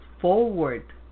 forward